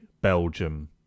Belgium